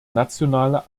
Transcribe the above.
nationale